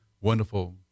wonderful